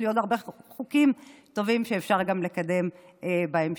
יש לי עוד הרבה חוקים טובים שאפשר לקדם בהמשך.